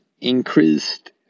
increased